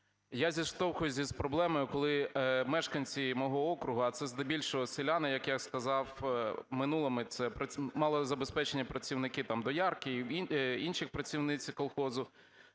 я зіштовхуюсь із проблемою, коли мешканці мого округу, а це здебільшого селяни, як я сказав, в минулому це малозабезпечені працівники, доярки, інші працівниці колгоспу,